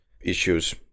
issues